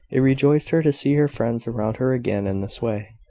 it rejoiced her to see her friends around her again in this way.